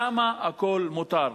שם הכול מותר.